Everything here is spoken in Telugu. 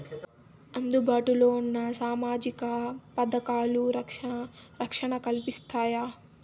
అందుబాటు లో ఉన్న సామాజిక పథకాలు, రక్షణ కల్పిస్తాయా?